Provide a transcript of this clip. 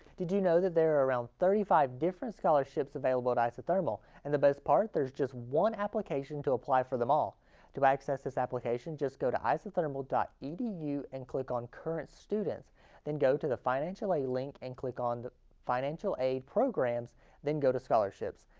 did you know that there around thirty five different scholarships available at isothermal and the best part there's just one application to apply for them all to access the application just go to isothermal dot edu and click on current students then go to the financial aid link and click on the financial aid programs then go to scholarships.